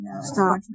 stop